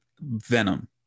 venom